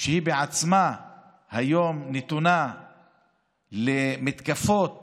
שבעצמה נתונה היום למתקפות